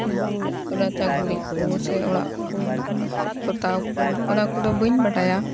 ᱜᱩ ᱨᱟᱪᱟ ᱜᱩᱨᱤᱡᱽ ᱠᱚ ᱥᱮ ᱚᱲᱟᱜ ᱠᱚ ᱯᱚᱛᱟᱣ ᱠᱚ ᱚᱱᱟ ᱠᱚᱫᱚ ᱵᱟᱹᱧ ᱵᱟᱰᱟᱭᱟ